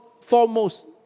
foremost